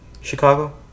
Chicago